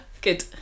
Good